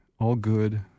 all-good